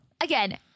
again